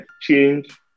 change